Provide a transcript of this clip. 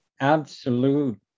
absolute